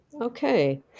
Okay